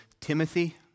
Timothy